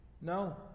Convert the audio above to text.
No